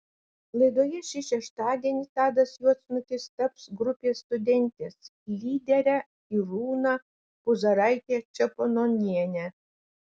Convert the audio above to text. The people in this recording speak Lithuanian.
laidoje šį šeštadienį tadas juodsnukis taps grupės studentės lydere irūna puzaraite čepononiene